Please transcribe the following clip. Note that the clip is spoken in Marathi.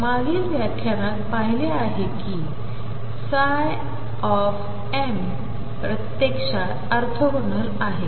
आपण मागील व्याख्यानात पाहिले आहे की m प्रत्यक्षात ऑर्थोगोनल आहे